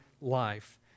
life